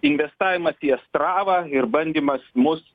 investavimas į astravą ir bandymas mus